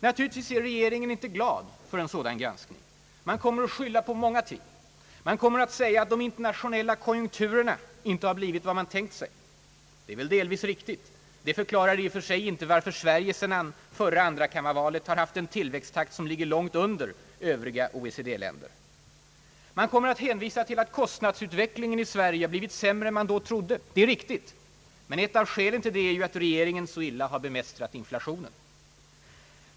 Naturligtvis är regeringen inte glad för en sådan granskning. Man kommer att skylla på många ting. Man kommer att säga att de internationella konjunkturerna inte har blivit vad man tänkt sig. — Det är väl delvis riktigt, men det förklarar i och för sig inte varför Sverige sedan förra andrakammarvalet har haft en tillväxttakt som ligger långt under övriga OECD länders. Man kommer att hänvisa till att kostnadsutvecklingen i Sverige har blivit sämre än man då trodde. Det är riktigt, men ett av skälen till det är ju att regeringen så illa har bemästrat inflationen.